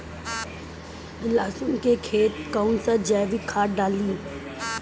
लहसुन के खेत कौन सा जैविक खाद डाली?